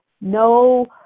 no